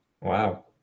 Wow